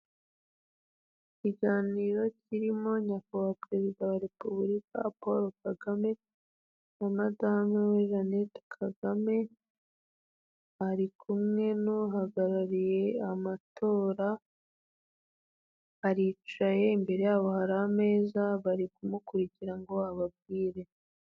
Ikiganiro kirimo nyakubahwa Perezida wa Repubulika Paul Kagame na madame Jeannette Kagame, ari kumwe n'uhagarariye amatora aricaye, imbere yabo hari ameza bari kumukurikira ngo ababwire.